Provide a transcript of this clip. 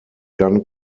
gun